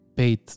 Paid